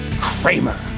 Kramer